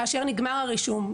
כאשר נגמר הרישום,